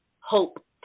hope